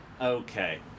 Okay